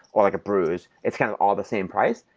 or like a bruise, it's kind of all the same price.